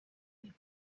des